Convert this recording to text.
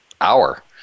hour